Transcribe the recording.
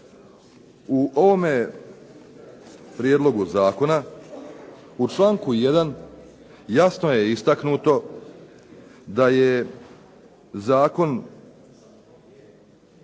u ovome prijedlogu zakona u članku 1. jasno je istaknuto da je zakon